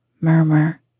murmur